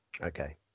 okay